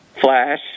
flash